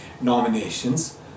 Nominations